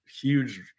huge